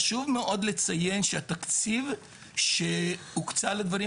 חשוב מאוד לציין שהתקציב שהוקצה לדברים